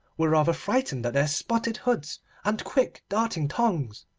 were rather frightened at their spotted hoods and quick darting tongues,